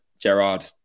Gerard